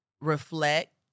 reflect